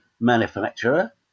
manufacturer